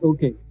Okay